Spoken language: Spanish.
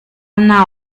una